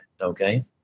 Okay